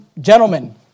gentlemen